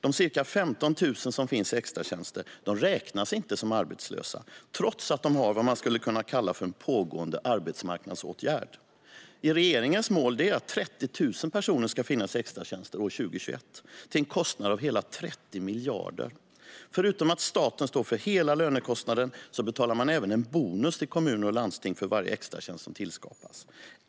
De cirka 15 000 som finns i extratjänster räknas inte som arbetslösa, trots att de har vad man skulle kunna kalla för en pågående arbetsmarknadsåtgärd. Regeringens mål är att 30 000 personer ska finnas i extratjänster år 2021 till en kostnad av hela 30 miljarder. Förutom att staten står för hela lönekostnaden betalar man även en bonus till kommuner och landsting för varje extratjänst som tillskapas.